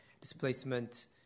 displacement